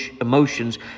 emotions